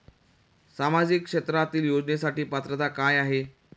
सामाजिक क्षेत्रांतील योजनेसाठी पात्रता काय आहे?